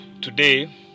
Today